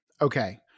Okay